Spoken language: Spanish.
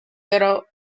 pero